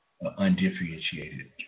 undifferentiated